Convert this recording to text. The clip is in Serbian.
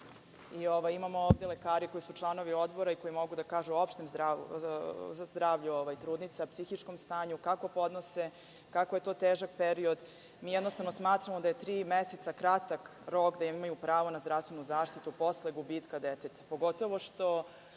imamo ovde lekare koji su članovi Odbora i koji mogu da kažu o opštem zdravlju trudnica, psihičkom stanju, kako podnose i kako je to težak period. Jednostavno smatramo da je tri meseca kratak rok, da imaju pravo na zdravstvenu zaštitu posle gubitka deteta,